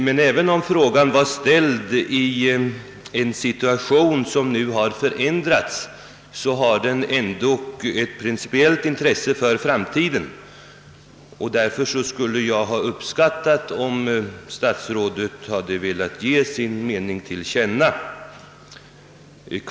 Men även om frågan var ställd i en situation som nu har förändrats, har den ett principiellt intresse för framtiden, och därför skulle jag ha uppskattat om statsrådet hade velat ge sin mening till känna.